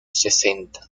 sesenta